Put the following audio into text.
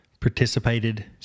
participated